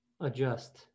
adjust